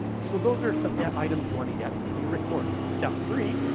so those are some yeah items you wanna get, and you'll record. step three,